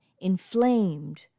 inflamed